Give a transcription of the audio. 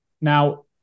Now